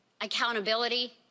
accountability